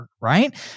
Right